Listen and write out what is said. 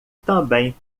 também